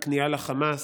היא כניעה לחמאס,